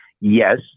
Yes